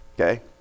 Okay